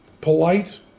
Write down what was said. polite